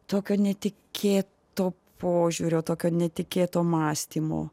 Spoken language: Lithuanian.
tokio netikėto požiūrio tokio netikėto mąstymo